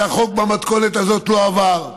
על שהחוק במתכונת הזאת לא עבר.